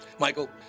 Michael